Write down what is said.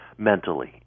mentally